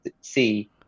see